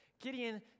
Gideon